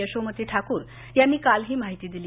यशोमती ठाकूर यांनी काल ही माहिती दिली